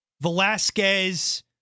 Velasquez